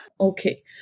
Okay